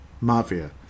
Mafia